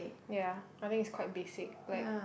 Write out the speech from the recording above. ya I think it's quite basic like